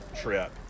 trip